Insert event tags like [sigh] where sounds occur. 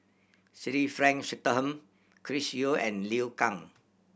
[unintelligible] Frank Swettenham Chris Yeo and Liu Kang